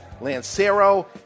Lancero